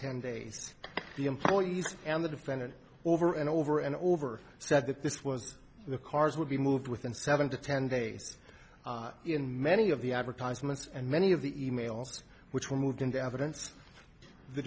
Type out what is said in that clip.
ten days the employees and the defendant over and over and over said that this was the cars would be moved within seven to ten days in many of the advertisements and many of the e mails which were moved into evidence the